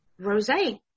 Rosé